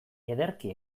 ederki